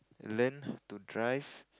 learn to drive